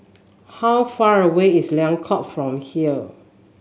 how far away is Liang Court from here